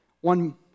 One